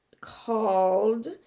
called